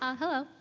ah hello.